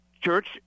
church